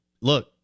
look